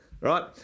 right